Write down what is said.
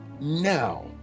now